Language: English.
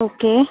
okay